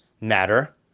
matter